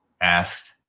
asked